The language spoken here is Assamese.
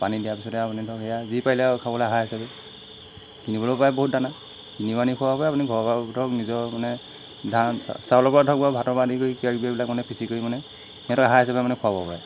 পানী দিয়াৰ পিছতে আৰু আপুনি ধৰক সেয়া যি পাৰিলে আৰু খাবলৈ হাঁহ হিচাপে কিনিবলৈ পায় বহুত দানা কিনিও আনি খোৱাব পাৰে আপুনি ঘৰৰপৰাও ধৰক নিজৰ মানে ধান চাউলৰপৰা ধৰক বা ভাতৰপৰা আদি কৰি কিবাকিবি এইবিলাক মানে পিচি কৰি মানে সিহঁতৰ আহাৰ হিচাপে মানে খুৱাব পাৰে